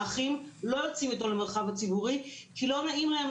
האחים לא יוצאים איתו למרחב הציבורי כי לא נעים להם,